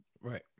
right